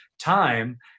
time